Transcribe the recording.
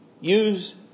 use